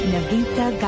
Navita